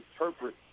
interpret